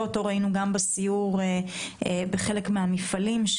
אותו ראינו גם בסיור בחלק מהמפעלים.